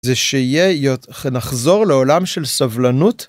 זה שיהיה.. נחזור לעולם של סבלנות.